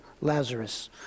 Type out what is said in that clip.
Lazarus